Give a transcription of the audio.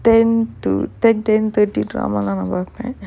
ten to ten ten thirty drama leh நா பாப்ப:naa paapa